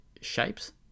shapes